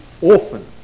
orphan